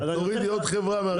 תוריד לי עוד חברה מהרשימה.